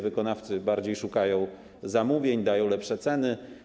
Wykonawcy częściej szukają zamówień, dają lepsze ceny.